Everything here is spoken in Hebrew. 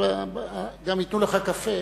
גם ייתנו לך קפה.